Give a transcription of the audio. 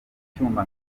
icyuma